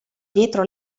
dietro